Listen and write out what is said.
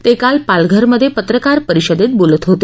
ते काल पालघरमध्ये पत्रकार परिषदेत बोलत होते